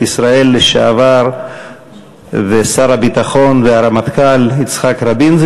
ישראל ושר הביטחון והרמטכ"ל יצחק רבין,